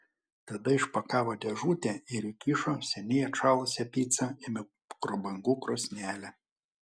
tada išpakavo dėžutę ir įkišo seniai atšalusią picą į mikrobangų krosnelę